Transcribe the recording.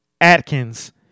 Atkins